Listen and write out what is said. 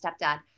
stepdad